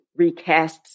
recasts